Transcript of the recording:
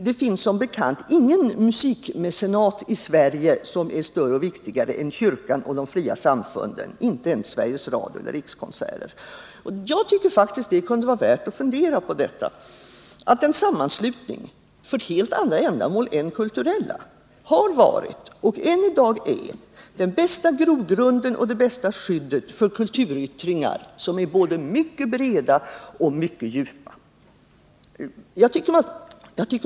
Det finns som bekant ingen musikmecenat i Sverige som är större och viktigare än kyrkan och de fria samfunden, inte ens Sveriges Radio eller Rikskonserter. Jag tycker faktiskt att det kunde vara värt att fundera på detta att en sammanslutning för helt andra ändamål än kulturella har varit och än i dag är den bästa grogrunden och det bästa skyddet för kulturyttringar som är både mycket breda och mycket djupa.